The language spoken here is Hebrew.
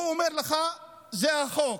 הוא אומר לך: זה החוק.